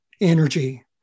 energy